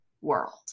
world